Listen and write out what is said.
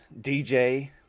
DJ